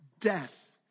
death